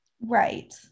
Right